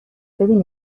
ببین